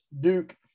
duke